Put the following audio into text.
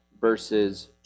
verses